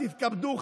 תתכבדו,